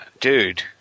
dude